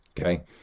Okay